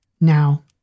Now